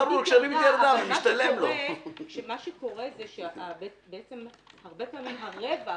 ומה שקורה זה שבעצם הרבה פעמים הרווח